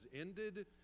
ended